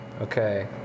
Okay